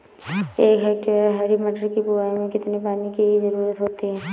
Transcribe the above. एक हेक्टेयर हरी मटर की बुवाई में कितनी पानी की ज़रुरत होती है?